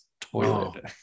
toilet